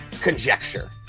conjecture